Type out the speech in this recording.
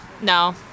no